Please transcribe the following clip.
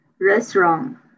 restaurant